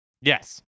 Yes